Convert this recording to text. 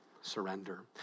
surrender